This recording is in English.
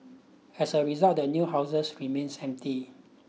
as a result the new houses remains empty